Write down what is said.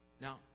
Now